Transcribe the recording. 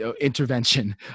intervention